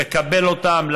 לקבל אותם,